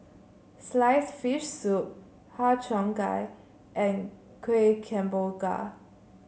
sliced fish soup Har Cheong Gai and Kuih Kemboja